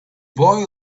boy